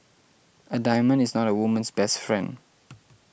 a diamond is not a woman's best friend